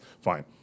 Fine